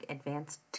Advanced